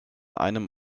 einem